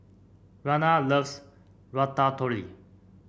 Rayna loves Ratatouille